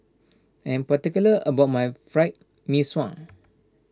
I am particular about my Fried Mee Sua